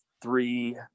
three